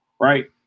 Right